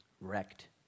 wrecked